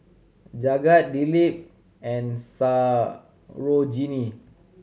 Jagat Dilip and Sarojini